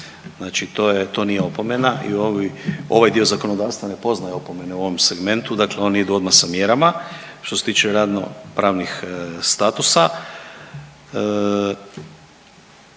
Znači to nije opomena i ovaj dio zakonodavstva ne poznaje opomenu u ovom segmentu. Dakle oni idu odmah sa mjerama. Što se tiče radnopravnih statusa